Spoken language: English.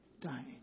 Dying